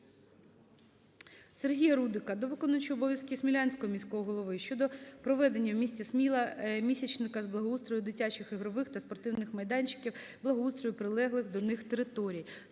Сергія Рудика до виконуючого обов'язки Смілянського міського голови щодо проведення у місті Сміла місячника з благоустрою дитячих ігрових та спортивних майданчиків, благоустрою прилеглих до них територій.